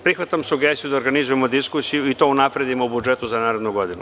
Prihvatam sugestiju da organizujemo diskusiju i to unapredimo u budžetu za narednu godinu.